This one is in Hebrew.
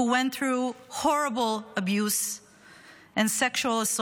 who went horrible abuse and sexual assault